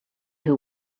who